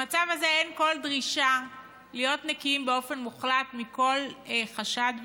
במצב הזה אין כל דרישה להיות נקיים באופן מוחלט מכל חשד ועניין.